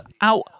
out